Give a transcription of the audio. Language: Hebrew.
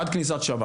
עד כניסת השבת